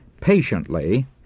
Patiently